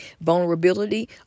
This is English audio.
Vulnerability